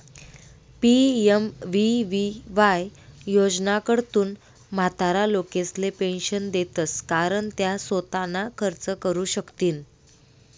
PMVVY योजनाकडथून म्हातारा लोकेसले पेंशन देतंस कारण त्या सोताना खर्च करू शकथीन